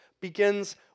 begins